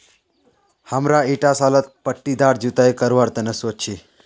हमरा ईटा सालत पट्टीदार जुताई करवार तने सोच छी